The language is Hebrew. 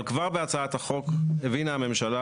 הנושא